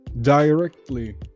directly